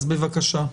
בבקשה.